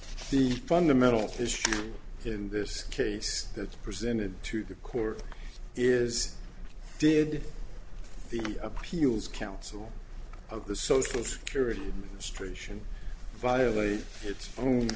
the fundamental issue in this case that's presented to the court is did the appeals council of the social security administration violate its